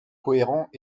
cohérent